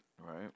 right